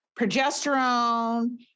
progesterone